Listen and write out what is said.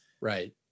Right